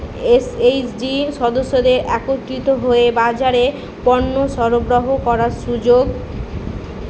S H G সদস্যদের একত্রিত হয়ে বাজারে পণ্য সরবরাহ করার সুযোগ